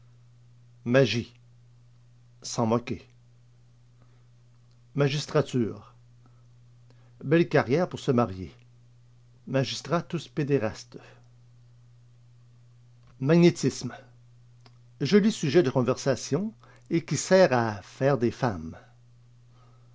magie s'en moquer magistrature belle carrière pour se marier magistrats tous pédérastes magnétisme joli sujet de conversation et qui sert à faire des femmes